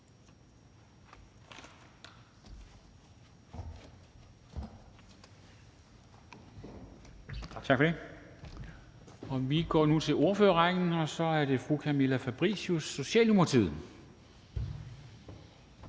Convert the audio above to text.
bemærkninger. Vi går nu til ordførerrækken, og så er det fru Camilla Fabricius, Socialdemokratiet.